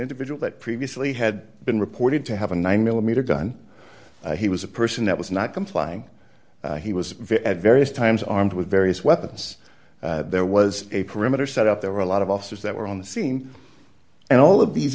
individual that previously had been reported to have a nine millimeter gun he was a person that was not complying he was very at various times armed with various weapons there was a perimeter set up there were a lot of officers that were on the scene and all of these